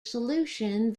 solution